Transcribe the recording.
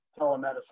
telemedicine